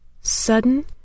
sudden